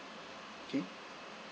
K